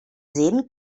sehen